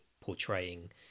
portraying